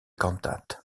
cantates